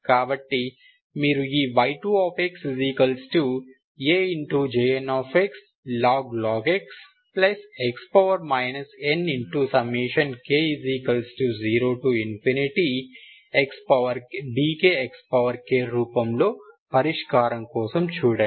కాబట్టి మీరు ఈ y2x AJnxlog x x nk0dkxk రూపంలో పరిష్కారం కోసం చూడండి